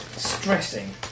Stressing